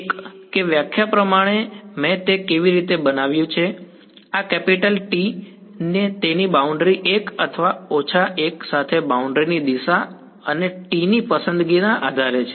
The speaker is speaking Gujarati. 1 કે વ્યાખ્યા પ્રમાણે મેં તે કેવી રીતે બનાવ્યું છે આ કેપિટલ T તેની બાઉન્ડ્રી 1 અથવા ઓછા 1 સાથેની બાઉન્ડ્રી ની દિશા અને t ની પસંદગીના આધારે છે